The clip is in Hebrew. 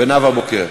ונאוה בוקר.